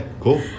cool